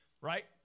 Right